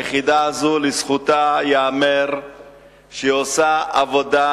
היחידה הזאת, לזכותה ייאמר שהיא עושה עבודה